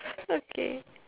okay